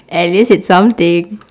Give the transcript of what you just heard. at least it's something